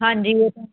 ਹਾਂਜੀ ਉਹ ਤਾਂ